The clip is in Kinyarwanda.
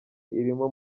irimo